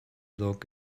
dog